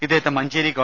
ഇദ്ദേഹത്തെ മഞ്ചേരി ഗവ